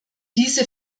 diese